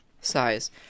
Size